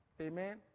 Amen